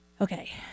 Okay